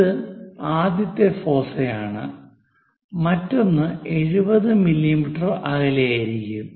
ഇത് ആദ്യത്തെ ഫോസൈ ആണ് മറ്റൊന്ന് 70 മില്ലീമീറ്റർ അകലെയായിരിക്കും